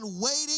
Waiting